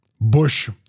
Bush